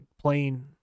playing